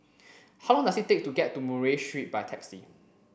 how long does it take to get to Murray Street by taxi